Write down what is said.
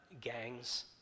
gangs